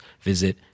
visit